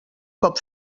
cop